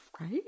right